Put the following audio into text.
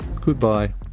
Goodbye